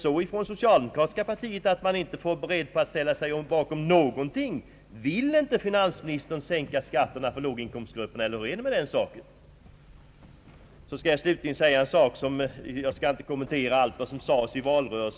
Är socialdemokratiska partiet inte berett att ställa sig bakom ett sådant krav? Vill inte finansministern sänka skatterna för låginkomstgrupperna? Jag skall inte kommentera allt som sades i valrörelsen.